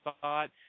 thought